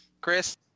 Chris